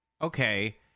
okay